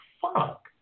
fuck